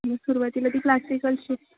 सुरुवातीला ती क्लासिकल शि